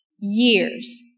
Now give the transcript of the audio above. years